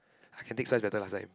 I can take spice better last time